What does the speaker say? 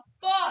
fuck